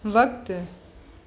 वक़्ति